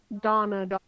Donna